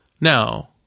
Now